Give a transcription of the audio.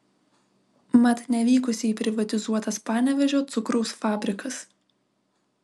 mat nevykusiai privatizuotas panevėžio cukraus fabrikas